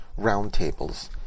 Roundtables